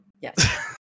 Yes